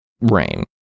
rain